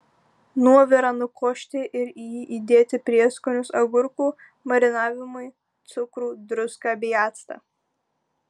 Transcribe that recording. nuovirą nukošti ir į jį įdėti prieskonius agurkų marinavimui cukrų druską bei actą